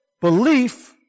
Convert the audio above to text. belief